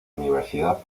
universidad